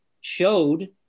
showed